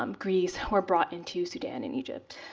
um greece, were brought into sudan in egypt.